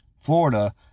Florida